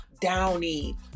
downy